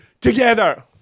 together